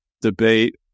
debate